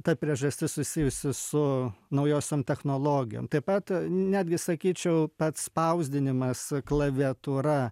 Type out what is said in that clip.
ta priežastis susijusi su naujausiom technologijom taip pat netgi sakyčiau pats spausdinimas klaviatūra